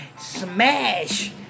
Smash